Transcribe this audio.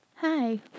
Hi